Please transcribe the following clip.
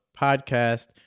podcast